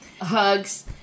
Hugs